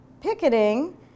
picketing